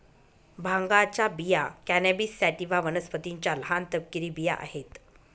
भांगाच्या बिया cannabis sativa वनस्पतीच्या लहान, तपकिरी बिया आहेत